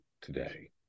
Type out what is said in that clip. today